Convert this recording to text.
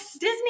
Disney